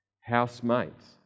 Housemates